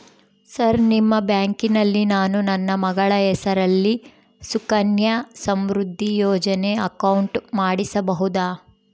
Sir ನಿಮ್ಮ ಬ್ಯಾಂಕಿನಲ್ಲಿ ನಾನು ನನ್ನ ಮಗಳ ಹೆಸರಲ್ಲಿ ಸುಕನ್ಯಾ ಸಮೃದ್ಧಿ ಯೋಜನೆ ಅಕೌಂಟ್ ಮಾಡಿಸಬಹುದಾ?